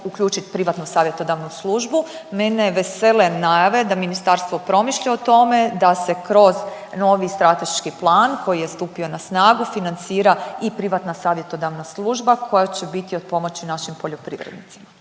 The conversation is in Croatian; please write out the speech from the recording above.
uključiti privatnu savjetodavnu službu. Mene vesele najave da ministarstvo promišlja o tome, da se kroz novi strateški plan koji je stupio na snagu financira i privatna savjetodavna služba koja će biti od pomoći našim poljoprivrednicima.